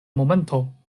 momento